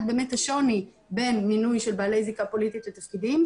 באמת השוני בין מינוי של בעלי זיקה פוליטית לתפקידים,